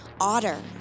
Otter